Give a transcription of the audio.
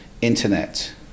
Internet